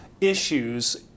issues